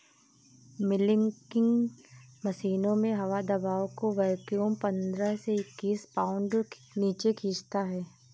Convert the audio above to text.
milking मशीनों में हवा दबाव को वैक्यूम पंद्रह से इक्कीस पाउंड नीचे खींचता है